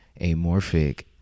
amorphic